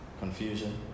Confusion